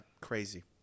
Crazy